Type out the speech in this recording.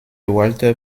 walter